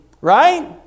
Right